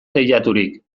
teilaturik